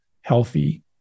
healthy